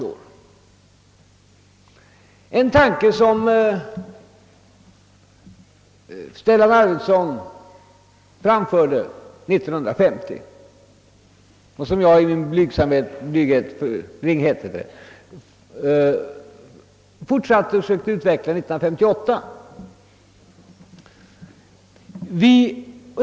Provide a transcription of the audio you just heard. Det är en tanke som Stellan Arvidson framförde år 1950 och som jag i min ringhet fortsatte att försöka utveckla år 1958.